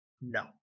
No